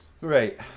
Right